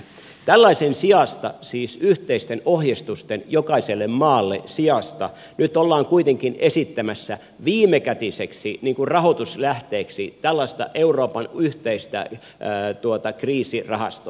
tällaisen sijasta siis jokaiselle maalle yhteisen ohjeistuksen sijasta nyt ollaan kuitenkin esittämässä viimekätiseksi rahoituslähteeksi tällaista euroopan yhteistä kriisirahastoa